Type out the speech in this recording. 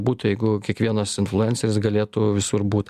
būt jeigu kiekvienas influenceris galėtų visur būt